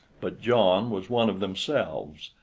but john was one of themselves,